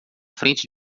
frente